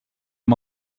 amb